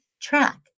track